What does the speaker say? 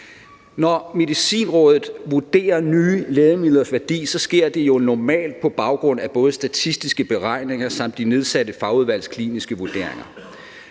Når Medicinrådet vurderer nye lægemidlers værdi, sker det normalt på baggrund af både statistiske beregninger samt de nedsatte fagudvalgs kliniske vurderinger.